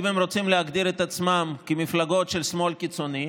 האם הן רוצות להגדיר את עצמן כמפלגות של שמאל קיצוני,